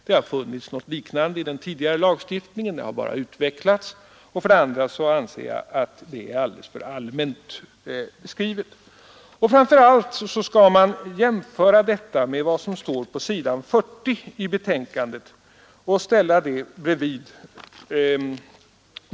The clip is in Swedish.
Det har funnits något liknande i tidigare lagstiftning, det har bara utvecklats. För det andra anser jag att det är alldeles för allmänt skrivet. Framför allt skall man j nföra den här paragrafen med vad som står på s. 40 i betänkandet.